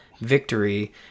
victory